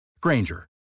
Granger